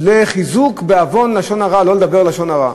לחיזוק בעוון לשון הרע, לא לדבר לשון הרע.